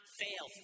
fail